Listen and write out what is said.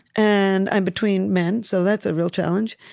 and i'm between men, so that's a real challenge.